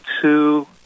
two